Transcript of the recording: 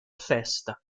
festa